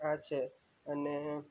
આ છે અને